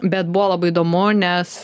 bet buvo labai įdomu nes